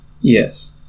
Yes